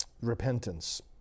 repentance